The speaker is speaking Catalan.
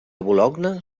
boulogne